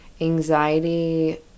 anxiety